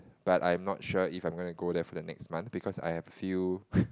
but I'm not sure if I'm gonna go there for the next month because I've few